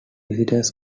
visitors